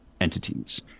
entities